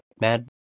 mad